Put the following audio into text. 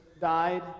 died